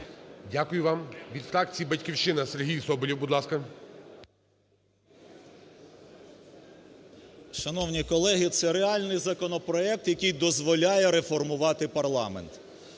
Дякую вам. Від фракції "Батьківщина" – Сергій Соболєв. Будь ласка. 10:36:42 СОБОЛЄВ С.В. Шановні колеги, це реальний законопроект, який дозволяє реформувати парламент.